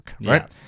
right